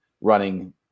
running